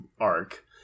arc